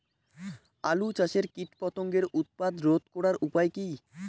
আলু চাষের কীটপতঙ্গের উৎপাত রোধ করার উপায় কী?